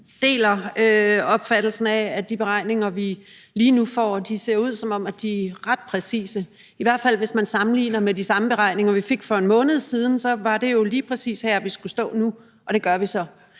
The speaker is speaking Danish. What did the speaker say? Jeg deler opfattelsen af, at de beregninger, vi lige nu får, ser ud, som om de er ret præcise – i hvert fald hvis man sammenligner med de samme beregninger, vi fik for en måned siden, for så var det er jo lige præcis her, vi skulle stå nu, og det gør vi så.